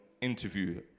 interview